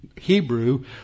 Hebrew